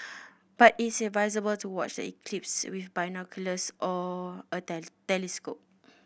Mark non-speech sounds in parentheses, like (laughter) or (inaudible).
but it's advisable to watch the eclipse with binoculars or a (unintelligible) telescope